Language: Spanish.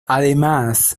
además